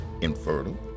infertile